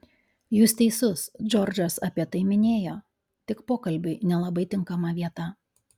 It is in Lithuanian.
jūs teisus džordžas apie tai minėjo tik pokalbiui nelabai tinkama vieta